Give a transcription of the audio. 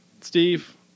Steve